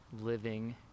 living